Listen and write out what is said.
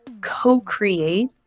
co-create